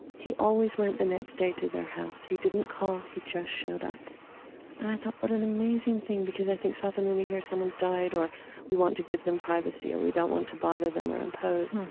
he always went the next day to their house. he didn't call he just showed up. and i thought, what an amazing thing, because i think so often when we hear someone's died or we want to give them privacy or we don't want to bother them or impose.